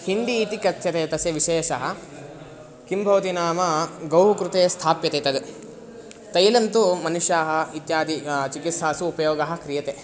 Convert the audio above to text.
हिन्डी इति कथ्यते तस्य विशेषः किं भवति नाम गौः कृते स्थाप्यते तद् तैलं तु मनुष्याः इत्यादि चिकित्सासु उपयोगं क्रियते